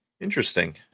Interesting